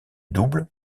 double